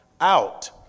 out